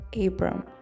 Abram